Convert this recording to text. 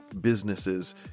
businesses